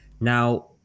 Now